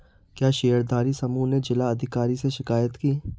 क्या शेयरधारी समूह ने जिला अधिकारी से शिकायत की?